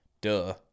duh